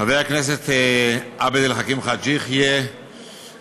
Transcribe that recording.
חבר הכנסת עבד אל חכים חאג' יחיא הציג